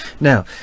Now